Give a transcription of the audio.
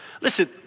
Listen